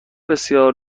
بسیار